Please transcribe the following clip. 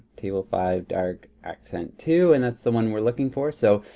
table five dark accent two, and it's the one we're looking for. so,